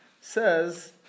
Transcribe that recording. says